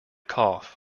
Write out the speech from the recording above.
cough